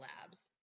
labs